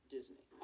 Disney